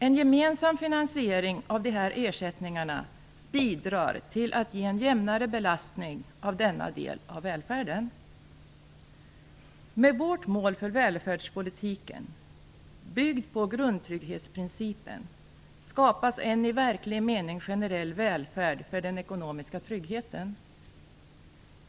En gemensam finansiering av dessa ersättningar bidrar till att ge en jämnare belastning på denna del av välfärden. Med vårt mål för välfärdspolitiken, byggd på grundtrygghetsprincipen, skapas en i verklig mening generell välfärd för den ekonomiska tryggheten.